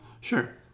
Sure